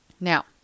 Now